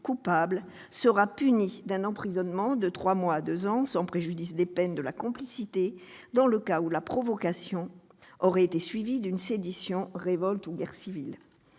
sera puni d'un emprisonnement de trois mois à deux ans, sans préjudice des peines de la complicité, dans le cas où la provocation aurait été suivie d'une sédition, révolte ou guerre civile.